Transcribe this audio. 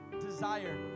desire